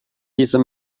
dieser